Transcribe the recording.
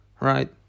right